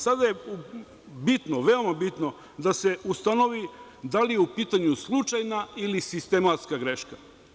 Sada je bitno, veoma bitno, da se ustanovi da li je u pitanju slučajna ili sistematska greška.